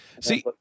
See